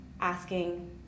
asking